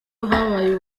habaye